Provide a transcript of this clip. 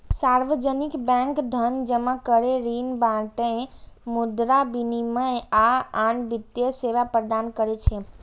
सार्वजनिक बैंक धन जमा करै, ऋण बांटय, मुद्रा विनिमय, आ आन वित्तीय सेवा प्रदान करै छै